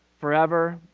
forever